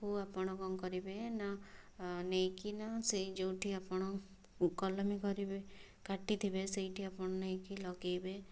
ତାକୁ ଆପଣ କ'ଣ କରିବେ ନା ଆ ନେଇକି ନା ସେ ଯେଉଁଠି ଆପଣ କଲମୀ କରିବେ କାଟିଥିବେ ସେଇଠି ଆପଣ ନେଇକି ଲଗେଇବେ